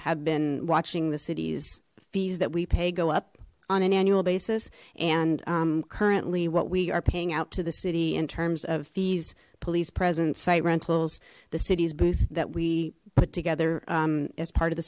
have been watching the city's fees that we pay go up on an annual basis and currently what we are paying out to the city in terms of fees police present site rentals the city's booth that we put together as part of the